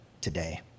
today